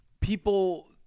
people